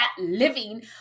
living